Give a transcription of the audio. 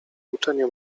uczenie